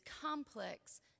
complex